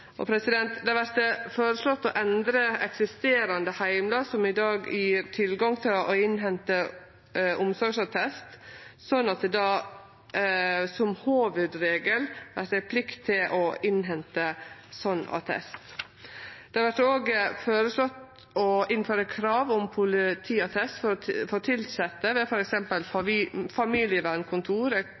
Det vert òg føreslått å endre eksisterande heimlar som i dag gjev tilgang til å innhente omsorgsattest, slik at det som hovudregel vert ei plikt til å innhente sånn attest. Det vert òg føreslått å innføre krav om politiattest for tilsette ved f.eks. familievernkontor, eksterne meklarar etter barnelova og ekteskapslova, tilsette ved